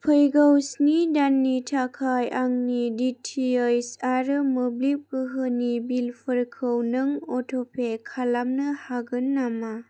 फैगौ स्नि दाननि थाखाय आंनि डिटिएइस आरो मोब्लिब गोहोनि बिलफोरखौ नों अट'पे खालामनो हागोन नामा